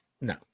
No